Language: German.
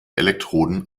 elektroden